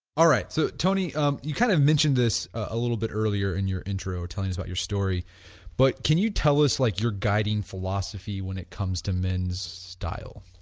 alright, so tony um you kind of mentioned this a little bit earlier in your into telling us about your story but can you tell us like your guiding philosophy when it comes to men's style?